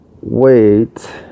wait